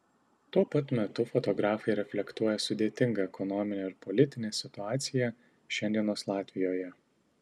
tuo pat metu fotografai reflektuoja sudėtingą ekonominę ir politinę situaciją šiandienos latvijoje